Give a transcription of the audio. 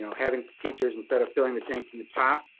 having teachers, instead of filling the tank from the top,